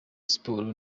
sports